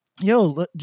yo